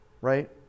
right